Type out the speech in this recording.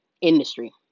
industry